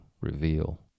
reveal